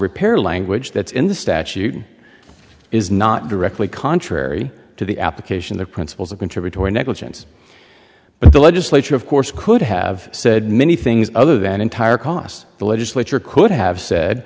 repair language that's in the statute is not directly contrary to the application the principles of contributory negligence but the legislature of course could have said many things other than entire cost the legislature could have said